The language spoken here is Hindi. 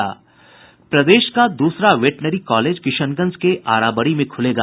प्रदेश का दूसरा वेटरनरी कॉलेज किशनगंज के आराबरी में खुलेगा